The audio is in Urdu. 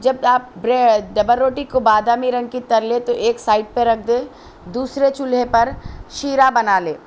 جب آپ بریڈ ڈبل روٹی کو بادامی رنگ کی تل لے تو ایک سائڈ پر رکھ دے دوسرے چولہے پر شیرہ بنا لے